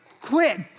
quit